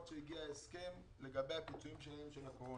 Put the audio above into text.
עד שהגיע ההסכם לגבי הפיצויים שלהם של הקורונה.